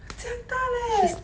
这样大 leh